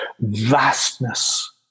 vastness